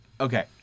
okay